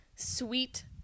sweet